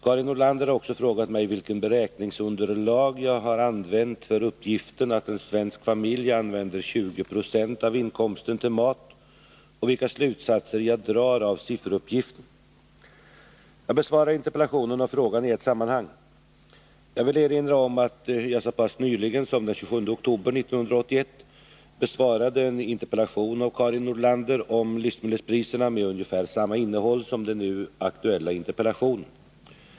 Karin Nordlander har också frågat mig vilket beräkningsunderlag jag har använt för uppgiften att en svensk familj använder 20 20 av inkomsten till mat och vilka slutsatser jag drar av sifferuppgiften. Jag besvarar interpellationen och frågan i ett sammanhang. Jag vill enrinra om att jag så pass nyligen som den 27 oktober 1981 besvarade en interpellation av Karin Nordlander om livsmedelspriserna med ungefär samma innehåll som den nu aktuella interpellationen.